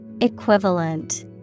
Equivalent